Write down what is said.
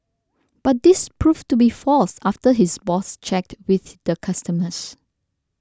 but this proved to be false after his boss checked with the customers